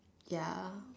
ya